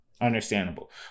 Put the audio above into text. Understandable